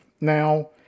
Now